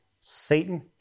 Satan